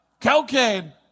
Cocaine